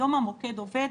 היום המוקד עובד.